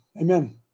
Amen